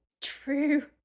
True